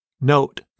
Note